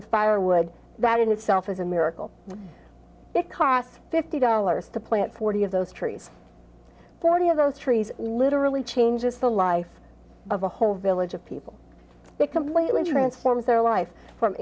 with firewood that in itself is a miracle it costs fifty dollars to plant forty of those trees forty of those trees literally changes the life of a whole village of people become clean transformed their life from